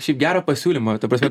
šiaip gero pasiūlymo ta prasme